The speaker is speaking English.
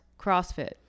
CrossFit